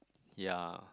ya